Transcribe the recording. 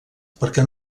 perquè